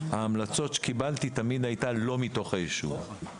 ההמלצות שקיבלתי תמיד היו לא מתוך היישוב.